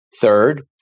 Third